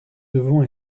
devons